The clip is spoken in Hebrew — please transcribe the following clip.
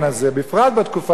בפרט בתקופה הזו.